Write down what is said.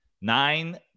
nine